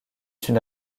une